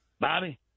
bobby